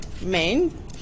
main